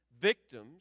victims